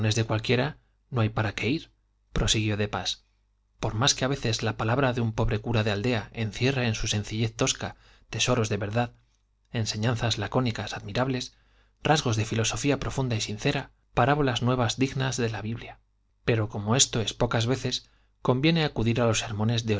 cualquiera no hay para qué ir prosiguió de pas por más que a veces la palabra de un pobre cura de aldea encierra en su sencillez tosca tesoros de verdad enseñanzas lacónicas admirables rasgos de filosofía profunda y sincera parábolas nuevas dignas de la biblia pero como esto es pocas veces conviene acudir a los sermones